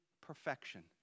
perfection